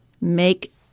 make